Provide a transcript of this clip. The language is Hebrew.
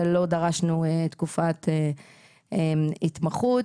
ולא דרשנו תקופת התמחות.